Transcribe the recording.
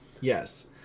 Yes